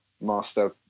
master